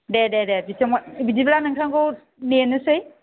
दे दे दे बिदिब्ला नोंथांखौ नेनोसै